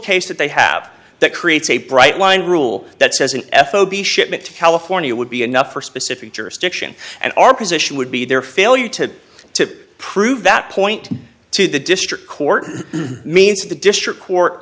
case that they have that creates a bright line rule that says an f zero b shipment to california would be enough for a specific jurisdiction and our position would be their failure to to prove that point to the district court means the district court